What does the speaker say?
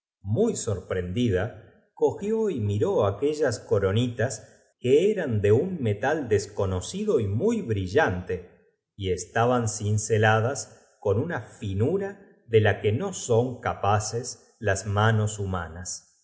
padrino da cogió y miró aquellas coronitas que drosselmayer confiesa que cascanueces eran de un metal desconocido y muy bri es tu sobrino y que él me ha dado las sie llante y estaban cinceladas con una finura te coronas de la que no son capaces las manos hu